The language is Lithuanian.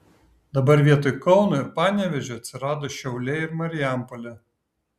dabar vietoj kauno ir panevėžio atsirado šiauliai ir marijampolė